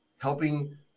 helping